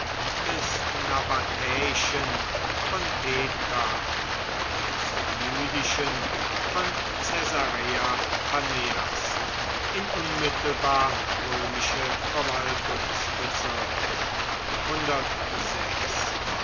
des nabatäischen von petra und des jüdischen von caesarea paneas in unmittelbar römische verwaltungsbezirke